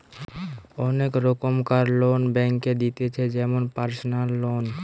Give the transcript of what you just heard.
অনেক রোকমকার loan bank দিতেছে যেমন পারসনাল লোন